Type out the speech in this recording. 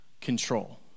control